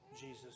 Jesus